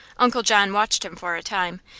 uncle john watched him for a time,